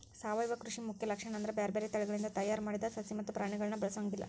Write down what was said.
ಸಾವಯವ ಕೃಷಿ ಮುಖ್ಯ ಲಕ್ಷಣ ಅಂದ್ರ ಬ್ಯಾರ್ಬ್ಯಾರೇ ತಳಿಗಳಿಂದ ತಯಾರ್ ಮಾಡಿದ ಸಸಿ ಮತ್ತ ಪ್ರಾಣಿಗಳನ್ನ ಬಳಸೊಂಗಿಲ್ಲ